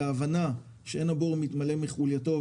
ההבנה שאין הבור מתמלא מחולייתו,